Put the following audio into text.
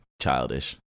childish